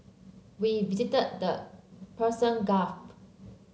we visited the Persian Gulf